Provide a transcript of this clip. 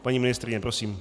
Paní ministryně, prosím.